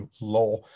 law